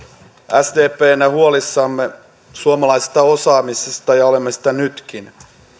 sdpnä huolissamme suomalaisesta osaamisesta ja olemme sitä nytkin